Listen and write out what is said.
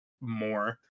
more